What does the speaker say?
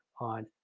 on